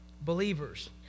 believers